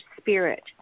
spirit